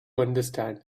understand